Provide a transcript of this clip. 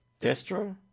Destro